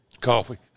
coffee